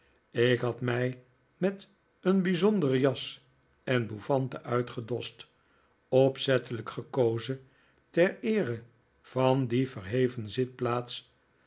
ik had mij met een bijzondere jas en bouffante uitgedost opzettelijk gekozen ter eere van die verheven zitplaats